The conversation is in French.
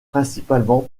principalement